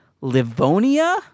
Livonia